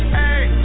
hey